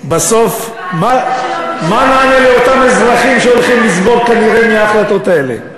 בסוף מה נענה לאותם אזרחים שהולכים לסבול כנראה מההחלטות האלה.